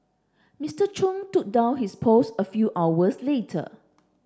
Mister Chung took down his post a few hours later